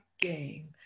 game